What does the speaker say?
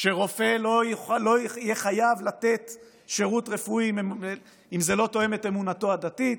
שרופא לא יהיה חייב לתת שירות רפואי אם זה לא תואם את אמונתו הדתית,